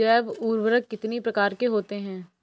जैव उर्वरक कितनी प्रकार के होते हैं?